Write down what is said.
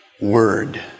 Word